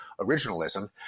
originalism